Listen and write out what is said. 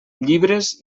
llibres